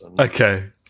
Okay